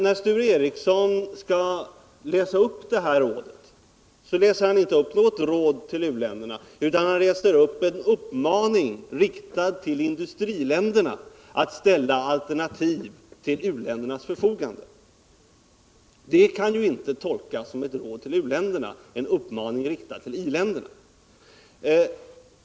När Sture Ericson sedan skall läsa upp det här rådet, läser han inte upp något råd till u-länder, utan han läser upp en uppmaning riktad till industriländer att ställa alternativ till u-ländernas förfogande. En uppmaning riktad till i-länder kan ju inte tolkas som ett råd till u-länder.